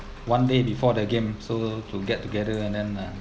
one day before the game so to get together and then uh